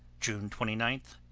june twenty nine,